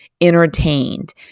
entertained